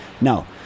No